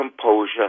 composure